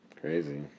Crazy